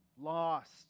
lost